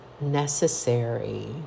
necessary